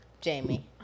Jamie